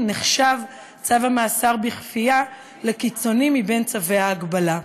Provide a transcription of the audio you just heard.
נחשב צו המאסר בכפייה לקיצוני בצווי ההגבלה.